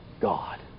God